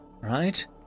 Right